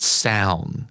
sound